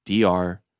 DR